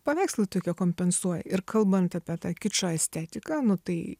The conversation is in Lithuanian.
paveikslai tokie kompensuoja ir kalbant apie tą kičo estetiką tai